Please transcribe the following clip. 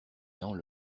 dents